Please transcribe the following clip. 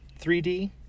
3d